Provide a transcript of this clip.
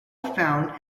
found